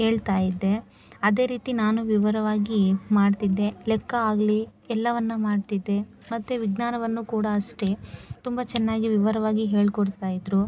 ಹೇಳ್ತಾ ಇದ್ದೆ ಅದೆ ರೀತಿ ನಾನು ವಿವರವಾಗಿ ಮಾಡ್ತಿದ್ದೆ ಲೆಕ್ಕ ಆಗಲಿ ಎಲ್ಲವನ್ನು ಮಾಡ್ತಿದ್ದೆ ಮತ್ತು ವಿಜ್ಞಾನವನ್ನು ಕೂಡ ಅಷ್ಟೆ ತುಂಬ ಚೆನ್ನಾಗಿ ವಿವರವಾಗಿ ಹೇಳಿಕೊಡ್ತಾ ಇದ್ರು